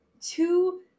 two